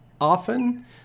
often